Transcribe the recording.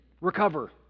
recover